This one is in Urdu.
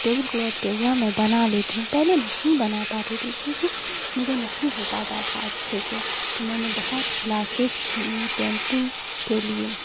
ٹیبل کلاتھ پہ ہوا میں بنا لیتی ہوں پہلے نہیں بنا پاتی تھی کیونکہ مجھے نہیں ہو پاتا تھا اچھے سے تو میں نے بہت کلاسز کی پینٹنگ کے لیے